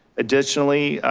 additionally,